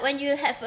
when you have a